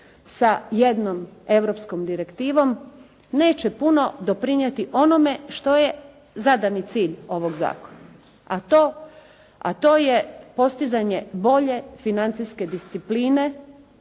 sa jednom europskom direktivom neće puno doprinijeti onome što je zadani cilj ovoga zakona, a to je postizanje bolje financijske discipline